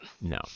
no